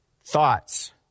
Thoughts